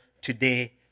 today